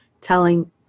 telling